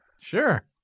Sure